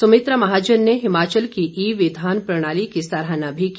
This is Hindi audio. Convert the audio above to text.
सुमित्रा महाजन ने हिमाचल की ई विधान प्रणाली की सराहना भी की